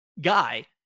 guy